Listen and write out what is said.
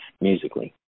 musically